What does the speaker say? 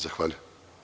Zahvaljujem.